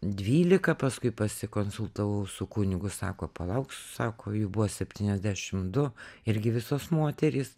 dvylika paskui pasikonsultavau su kunigu sako palauk sako jų buvo septyniasdešim du irgi visos moterys